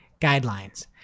guidelines